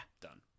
Done